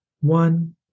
one